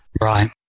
Right